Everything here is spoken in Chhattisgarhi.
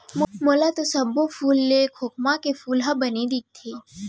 मोला तो सब्बो फूल ले खोखमा के फूल ह बने दिखथे